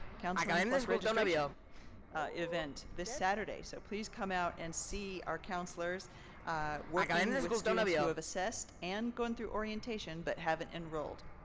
counseling plus registration event this saturday so please come out and see our counselors working with students who have assessed and gone through orientation but haven't enrolled.